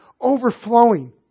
overflowing